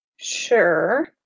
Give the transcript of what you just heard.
Sure